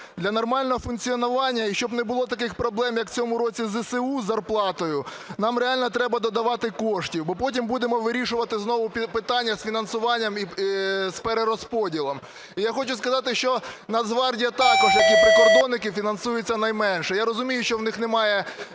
Для нормального функціонування і щоб не було таких проблем, як в цьому році з ЗСУ з зарплатою, нам реально треба додавати коштів, бо потім будемо вирішувати знову питання з фінансуванням і з перерозподілом. І я хочу сказати, що Нацгвардія також, як і прикордонники, фінансується найменше. Я розумію, що в них немає,